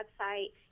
website